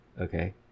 Okay